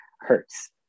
hurts